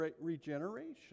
regeneration